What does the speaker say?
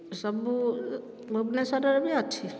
ସବୁ ଭୁବନେଶ୍ଵରରେ ବି ଅଛି